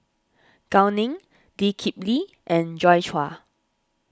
Gao Ning Lee Kip Lee and Joi Chua